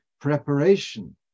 preparation